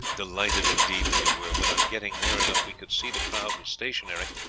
delighted indeed we were when, on getting near enough, we could see the crowd were stationary,